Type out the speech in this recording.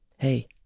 Hey